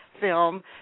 film